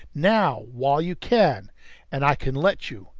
now while you can and i can let you.